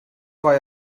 why